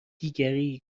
دیگری